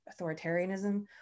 authoritarianism